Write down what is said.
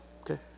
okay